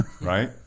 Right